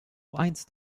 einst